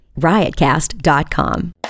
riotcast.com